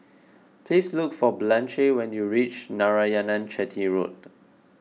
please look for Blanche when you reach Narayanan Chetty Road